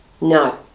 no